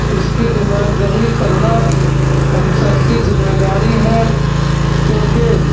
اس کی نمائندگی کرنا ہم سب کی ذمہ داری ہے کیوںکہ